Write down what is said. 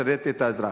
לשרת את האזרח.